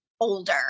older